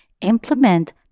implement